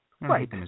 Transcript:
Right